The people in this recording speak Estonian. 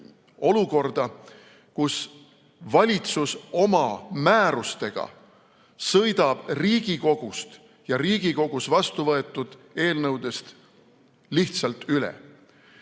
olukorda, kus valitsus oma määrustega sõidab Riigikogust ja Riigikogus vastuvõetud eelnõudest lihtsalt üle.Me